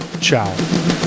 Ciao